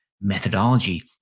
methodology